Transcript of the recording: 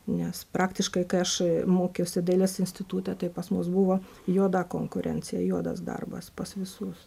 nes praktiškai kai aš mokiausi dailės institute tai pas mus buvo juoda konkurencija juodas darbas pas visus